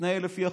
תתנהל לפי החוק,